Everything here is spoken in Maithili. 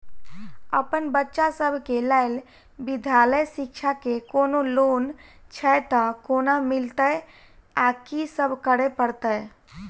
अप्पन बच्चा सब केँ लैल विधालय शिक्षा केँ कोनों लोन छैय तऽ कोना मिलतय आ की सब करै पड़तय